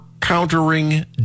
Countering